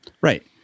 Right